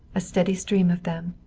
a steady stream of them.